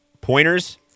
pointers